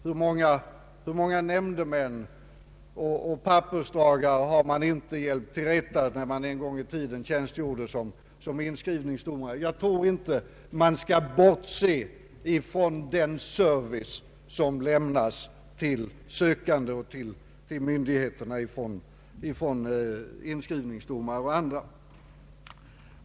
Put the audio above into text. Hur många nämndemän och pappersdragare har man inte hjälpt till rätta när man en gång i tiden tjänstgjorde som inskrivningsdomare? Jag tror inte att man skall bortse från den service som lämnas till de sökande och till myndigheterna från inskrivningsdomare och andra.